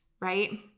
right